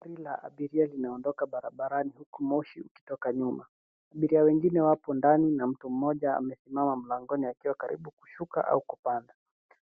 Gari la abiria linaondoka barabarani huku moshi ukitoka nyuma. Abiria wengine wapo ndani na mtu mmoja amesimama mlangoni akiwa karibu kushuka.